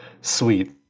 sweet